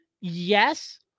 yes